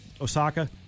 Osaka